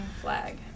flag